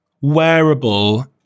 wearable